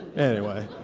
anyway,